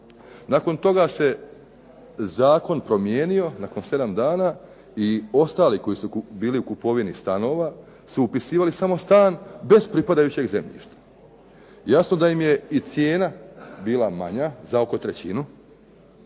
Nakon toga se zakon promijenio nakon 7 dana i ostali koji su bili u kupovini stanova su upisivali samo stan bez pripadajućeg zemljišta, jasno da im je i cijena bila manja za oko trećinu,